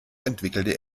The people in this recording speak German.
entwickelte